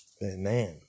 Man